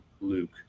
luke